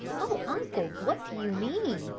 oh, uncle, what do you mean?